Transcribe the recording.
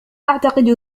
أعتقد